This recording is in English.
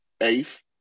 Eighth